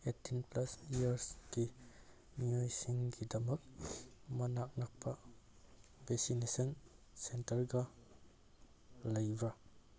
eighteen plus ꯏꯌꯥꯔꯒꯤ ꯃꯤꯑꯣꯏꯁꯤꯡꯒꯤꯗꯃꯛ ꯃꯅꯥꯛ ꯅꯛꯄ ꯕꯦꯁꯤꯅꯦꯁꯟ ꯁꯦꯟꯇꯔꯒ ꯂꯩꯕ꯭ꯔꯥ